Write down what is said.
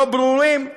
לא ברורים,